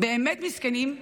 באמת מסכנים,